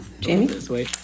Jamie